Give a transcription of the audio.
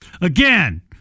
Again